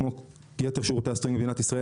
כמו יתר שירותי הסטרימינג במדינת ישראל,